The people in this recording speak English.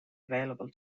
available